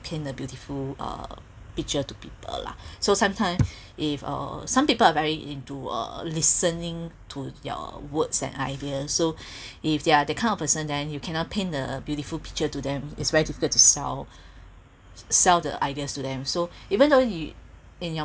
paint a beautiful uh picture to people lah so sometime if uh some people are very into uh listening to your words and ideas so if they're that kind of person then you cannot paint the beautiful picture to them is very difficult to sell sell the ideas to them so even though you in your